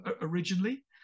originally